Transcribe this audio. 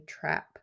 trap